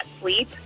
sleep